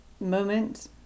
moment